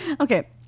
Okay